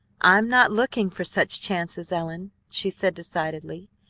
i'm not looking for such chances, ellen, she said decidedly.